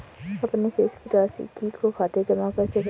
अपने शेष राशि को खाते में जमा कैसे करें?